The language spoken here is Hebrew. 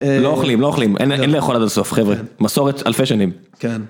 לא אוכלים, לא אוכלים, אין לאכול עד הסוף חבר'ה, מסורת אלפי שנים.כן